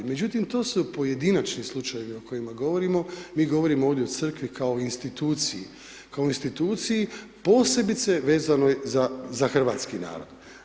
Međutim to su pojedinačni slučajevi o kojima govorimo, mi govorimo ovdje o Crkvi kao instituciji, kao instituciji posebice vezano je za hrvatski narod.